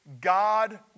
God